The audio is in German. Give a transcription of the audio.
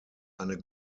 eine